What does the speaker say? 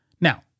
Now